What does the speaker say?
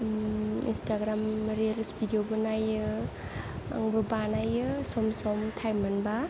Instagram reels भिडिय'बो नायो आंबो बानायो सम सम टाइम मोनबा